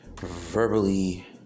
verbally